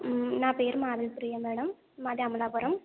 నా పేరు మాధవిప్రియ మేడం మాది అమలాపురం